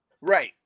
Right